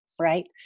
right